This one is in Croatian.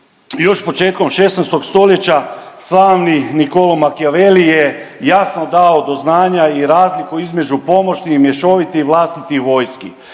još početkom 16. stoljeća slavni Niccolo Machiavelli je jasno dao do znanja i razliku između pomoćne i mješovite i vlastiti vojski.